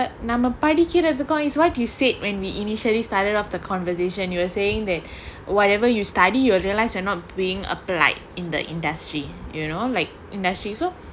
நம்ப படிக்கிறதுக்கும்:namba padikkirathukkum what you said when we initially started off the conversation you were saying that whatever you study you realise you're not being applied in the industry you know like industry so